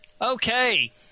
Okay